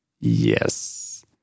Yes